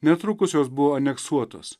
netrukus jos buvo aneksuotos